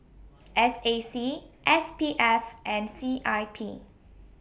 S A C S P F and C I P